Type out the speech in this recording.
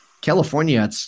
California